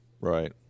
Right